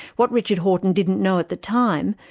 what richard horton didn't know at the time,